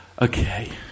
Okay